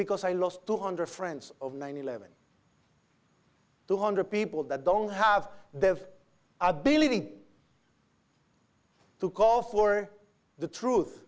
because i lost two hundred friends of nine eleven two hundred people that don't have the ability to call for the truth